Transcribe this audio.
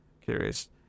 curious